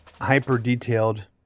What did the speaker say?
hyper-detailed